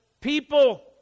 people